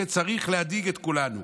שצריכים להדאיג את כולנו.